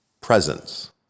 presence